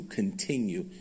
continue